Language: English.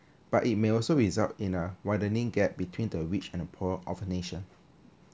but it may also result in a widening gap between the rich and poor of the nation